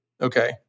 okay